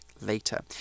later